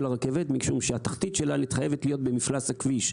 הרכבת משום שהתחתית שלה חייבת להיות במפלס הכביש.